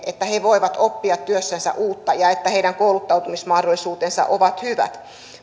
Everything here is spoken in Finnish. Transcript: että he voivat oppia työssänsä uutta ja että heidän kouluttautumismahdollisuutensa ovat hyvät